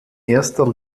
erster